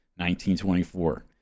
1924